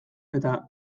eta